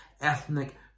ethnic